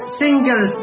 single